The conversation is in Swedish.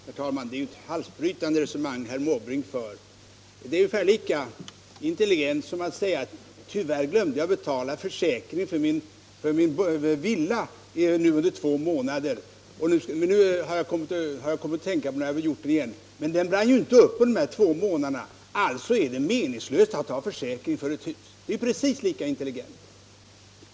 Herr talman! Herr Måbrink för ett halsbrytande resonemang. Det är ungefär lika intelligent som att säga, att jag glömde under två månader att betala försäkringen för min villa, men mitt hus brann ju inte ner under de två månaderna, och då är det meningslöst att ha villan försäkrad.